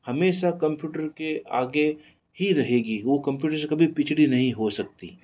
हमेशा कंप्यूटर के आगे ही रहेगी वो कंप्यूटर से कभी पिछड़ी नहीं हो सकती